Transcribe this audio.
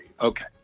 okay